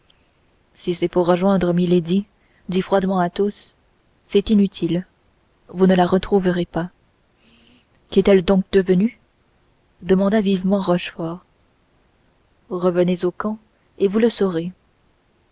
si c'est pour rejoindre milady dit froidement athos c'est inutile vous ne la retrouverez pas qu'est-elle donc devenue demanda vivement rochefort revenez au camp et vous le saurez